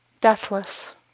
deathless